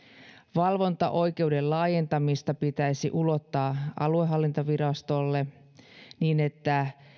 valvontaoikeuden laajentamista pitäisi ulottaa aluehallintovirastolle niin että